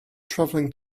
travelling